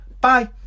bye